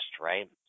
right